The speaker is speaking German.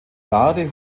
garde